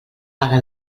paga